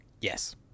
Yes